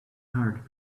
heart